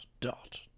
dot